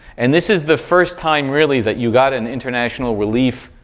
and this is the first time really that you got an international relief